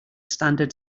standard